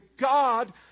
God